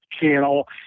channel